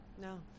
No